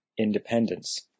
independence